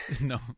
No